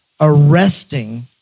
arresting